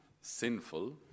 sinful